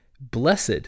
blessed